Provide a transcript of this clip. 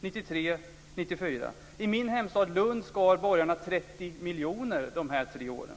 1993 och 1994. I min hemstad, Lund, skar borgarna ned med 30 miljoner kronor under de här tre åren.